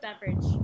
beverage